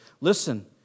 Listen